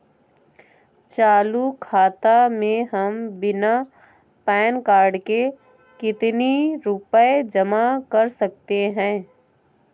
चालू खाता में हम बिना पैन कार्ड के कितनी रूपए जमा कर सकते हैं?